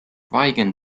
wigan